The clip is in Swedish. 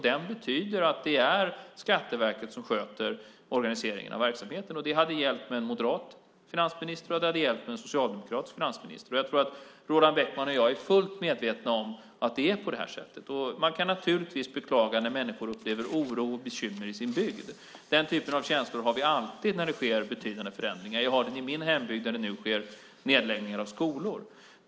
Det betyder att det är Skatteverket som sköter organiseringen av sin verksamhet. Det hade gällt med en socialdemokratisk finansminister, och det gäller med en moderat finansminister. Jag tror att Roland Bäckman och jag är fullt medvetna om att det är på det här sättet. Man kan naturligtvis beklaga när människor upplever oro och bekymmer i sin bygd. Den typen av känslor har vi alltid när det sker betydande förändringar. Det har man i min hembygd där det nu sker nedläggningar av skolor.